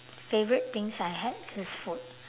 favourite things I had is food